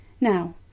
Now